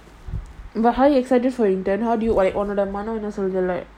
but how are you excited for intern how do you உன்னோடமனம்என்னசொல்லுதுல:unnoda manam enna solluthula